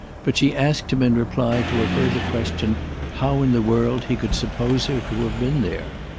but she asked him in reply to a further question how in the world he could suppose her to have been there.